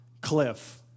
cliff